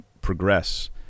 progress